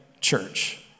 church